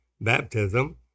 baptism